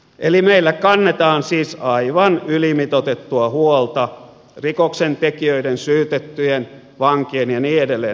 eli meillä kannetaan aivan ylimitoitettua huolta rikoksentekijöiden syytettyjen vankien ja niin edelleen